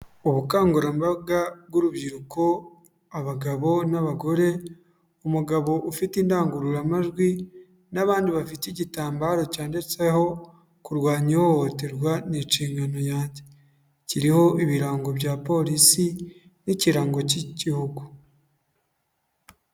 Ubukangurambaga bw'urubyiruko abagabo n'abagore, umugabo ufite indangururamajwi n'abandi bafite igitambaro cyanditseho kurwanya ihohoterwa ni inshingano yange. Kiriho ibirango bya polisi n'ikirango cy'igihugu.